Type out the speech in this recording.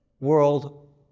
world